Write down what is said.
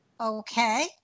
Okay